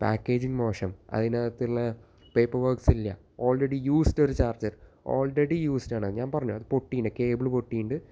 packaging മോശം അതിനകത്തുള്ള paper works ഇല്ല ഓൾറെഡി യൂസ്ഡ് ഒരു ചാർജർ ഓൾറെഡി യൂസ്ഡ് ആണ് അത് ഞാൻ പറഞ്ഞു അത് പോട്ടെന്ന് കേബിള് പൊട്ടിയിട്ടുണ്ട്